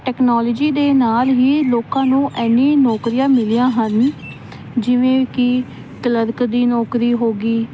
technology ਦੇ ਨਾਲ ਹੀ ਲੋਕਾਂ ਨੂੰ ਇੰਨੀ ਨੌਕਰੀਆਂ ਮਿਲੀਆਂ ਹਨ ਜਿਵੇਂ ਕਿ ਕਲਰਕ ਦੀ ਨੌਕਰੀ ਹੋ ਗਈ